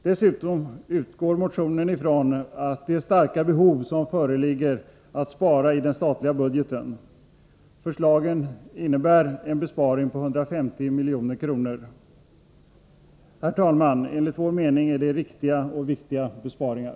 Dessutom utgår motionen från det starka behov som föreligger att spara i den statliga budgeten. Förslaget innebär en besparing av 150 milj.kr. Herr talman! Enligt vår mening är det riktiga och viktiga besparingar.